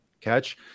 catch